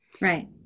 Right